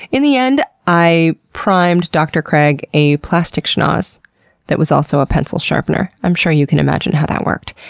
in the end, i primed dr. craig a plastic schnoz that was also a pencil sharpener. i'm sure you can imagine how that worked.